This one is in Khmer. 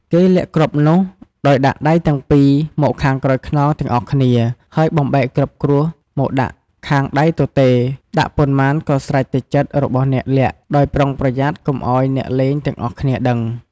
គេលាក់គ្រាប់នោះ ដោយដាក់ដៃទាំង ២ មកខាងក្រោយខ្នងទាំងអស់គ្នា ហើយបំបែកគ្រាប់គ្រួសមកដាក់ខាងដៃទទេ ដាក់ប៉ុន្មានក៏ស្រេចតែចិត្តរបស់អ្នកលាក់ ដោយប្រុងប្រយ័ត្នកុំឲ្យអ្នកលេងទាំងអស់គ្នាដឹង។